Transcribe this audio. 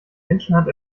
menschenhand